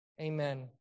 amen